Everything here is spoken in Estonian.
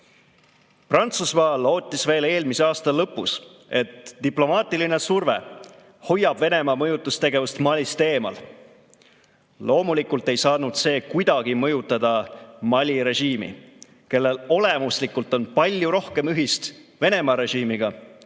Prantsusmaa lootis veel eelmise aasta lõpus, et diplomaatiline surve hoiab Venemaa mõjutustegevust Malist eemal. Loomulikult ei saanud see kuidagi mõjutada Mali režiimi, kellel olemuslikult on palju rohkem ühist Venemaa režiimiga kui